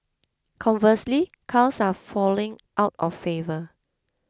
conversely cars are falling out of favour